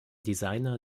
designer